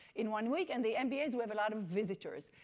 in one week, and the and nba's with a lot of visitors.